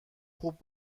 خوب